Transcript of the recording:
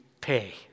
pay